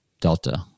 Delta